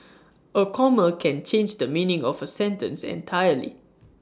A comma can change the meaning of A sentence entirely